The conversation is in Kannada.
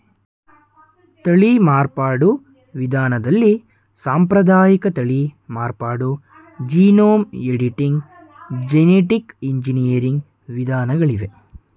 ತಳಿ ಮಾರ್ಪಾಡು ವಿಧಾನದಲ್ಲಿ ಸಾಂಪ್ರದಾಯಿಕ ತಳಿ ಮಾರ್ಪಾಡು, ಜೀನೋಮ್ ಎಡಿಟಿಂಗ್, ಜೆನಿಟಿಕ್ ಎಂಜಿನಿಯರಿಂಗ್ ವಿಧಾನಗಳಿವೆ